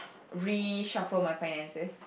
reshuffle my finances